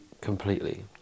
completely